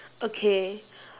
okay